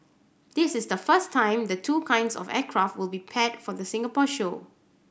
this is the first time the two kinds of aircraft will be paired for the Singapore show